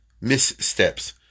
missteps